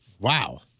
Wow